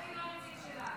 הוא לא הנציג שלנו.